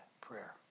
prayer